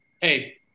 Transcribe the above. hey